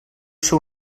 ser